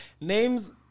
names